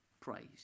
Praise